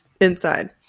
inside